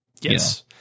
Yes